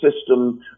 system